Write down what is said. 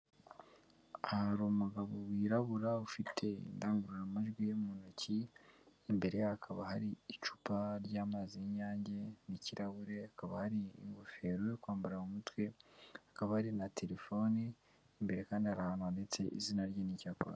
Aha hari umugabo wirabura, ufite indangururamajwi ye mu ntoki, imbere ye hakaba hari icupa ry'amazi y'Inyange n'ikirahure, hakaba hari ingofero yo kwambara mu mutwe, hakaba hari na terefoni, imbere kandi hari ahantu handitse izina rye n'icyo akora.